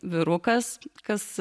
vyrukas kas